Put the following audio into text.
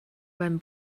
beim